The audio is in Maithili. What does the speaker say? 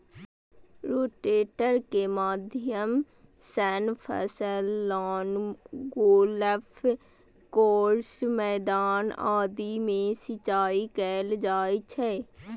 रोटेटर के माध्यम सं फसल, लॉन, गोल्फ कोर्स, मैदान आदि मे सिंचाइ कैल जाइ छै